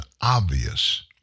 obvious